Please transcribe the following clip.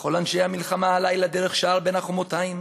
וכל אנשי המלחמה הלילה דרך שער בין הַחֹמֹתַיִם